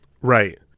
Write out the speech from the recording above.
Right